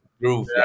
groove